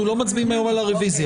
אנחנו לא מצביעים היום על הרביזיה.